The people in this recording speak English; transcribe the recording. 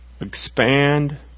Expand